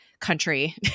country